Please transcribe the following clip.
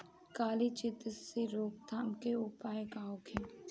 फली छिद्र से रोकथाम के उपाय का होखे?